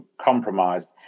compromised